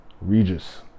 Regis